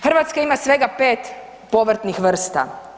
Hrvatska ima svega 5 povrtnih vrsta.